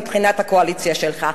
מבחינת הקואליציה שלך,